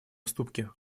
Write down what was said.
уступки